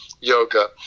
yoga